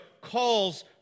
calls